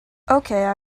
okay